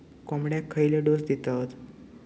कोंबड्यांक खयले डोस दितत?